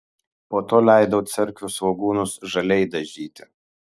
po to leidau cerkvių svogūnus žaliai dažyti